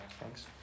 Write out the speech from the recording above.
Thanks